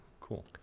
Cool